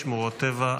שמורות טבע,